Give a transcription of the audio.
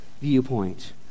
viewpoint